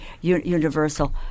universal